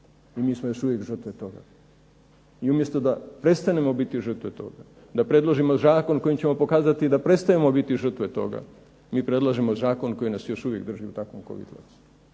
i mi smo još uvijek žrtve toga. I umjesto da prestanemo biti žrtve toga, da predložimo zakon kojim ćemo pokazati da prestajemo biti žrtve toga mi predlažemo zakon koji nas još uvijek drži u takvom kovitlacu.